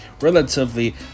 relatively